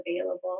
available